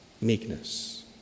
Meekness